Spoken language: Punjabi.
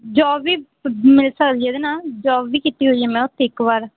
ਜੋਬ ਵੀ ਮਿਲ ਸਕਦੀ ਹੈ ਇਹਦੇ ਨਾਲ ਜੋਬ ਵੀ ਕੀਤੀ ਹੋਈ ਉੱਥੇ ਮੈਂ ਇੱਕ ਵਾਰ